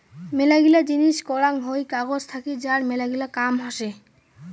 মেলাগিলা জিনিস করাং হই কাগজ থাকি যার মেলাগিলা কাম হসে